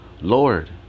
lord